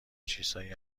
چیزهایی